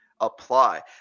apply